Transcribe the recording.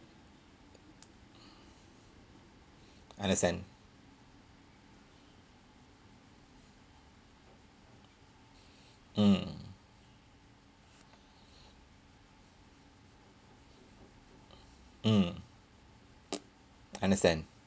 understand mm mm understand